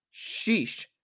Sheesh